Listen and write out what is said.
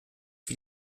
für